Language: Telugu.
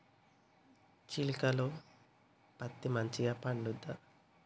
చేలుక లో పత్తి మంచిగా పండుద్దా?